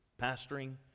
Pastoring